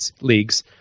leagues